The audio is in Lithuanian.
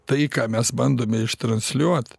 tai ką mes bandome transliuot